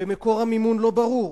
ומקור המימון לא ברור.